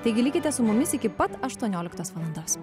taigi likite su mumis iki pat aštuonioliktos valandos